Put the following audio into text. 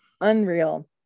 Unreal